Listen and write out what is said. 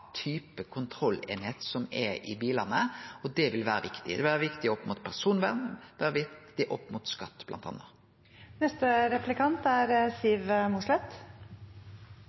type kontrolleining som er i bilane. Det vil vere viktig opp mot personvern